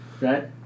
Right